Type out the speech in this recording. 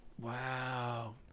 Wow